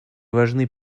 важны